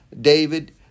David